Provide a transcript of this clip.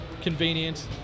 convenient